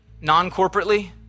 non-corporately